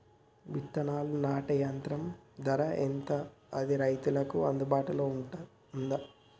విత్తనాలు నాటే యంత్రం ధర ఎంత అది రైతులకు అందుబాటులో ఉందా?